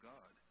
God